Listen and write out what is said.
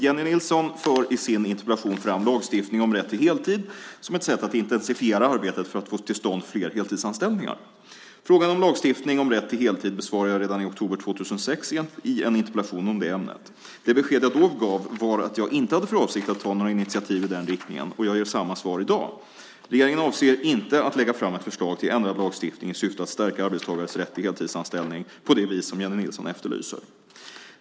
Jennie Nilsson för i sin interpellation fram lagstiftning om rätt till heltid som ett sätt att intensifiera arbetet för att få till stånd fler heltidsanställningar. Frågan om lagstiftning om rätt till heltid besvarade jag redan i oktober 2006 i en interpellation om det ämnet. Det besked jag då gav var att jag inte hade för avsikt att ta några initiativ i den riktningen. Jag ger samma svar i dag. Regeringen avser inte att lägga fram ett förslag till ändrad lagstiftning i syfte att stärka arbetstagares rätt till heltidsanställning på det vis som Jennie Nilsson efterlyser.